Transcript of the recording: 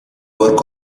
work